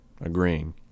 agreeing